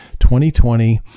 2020